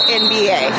nba